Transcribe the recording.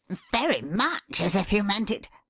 very much as if you meant it.